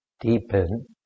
deepen